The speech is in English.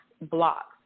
blocks